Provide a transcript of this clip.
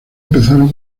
empezaron